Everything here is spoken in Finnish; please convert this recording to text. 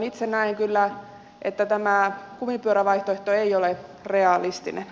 itse näen kyllä että tämä kumipyörävaihtoehto ei ole realistinen